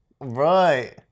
Right